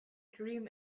dream